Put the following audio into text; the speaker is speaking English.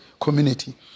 community